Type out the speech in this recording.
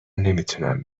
نمیتونم